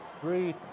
Three